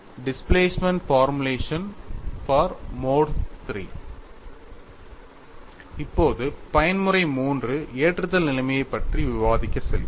displacement formulation for mode III இப்போது பயன்முறை III ஏற்றுதல் நிலைமையைப் பற்றி விவாதிக்க செல்கிறோம்